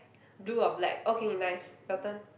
blue or black okay nice your turn